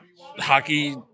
hockey